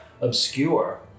obscure